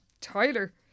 Tyler